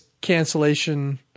cancellation